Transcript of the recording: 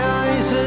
eyes